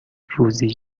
روزی